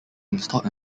installed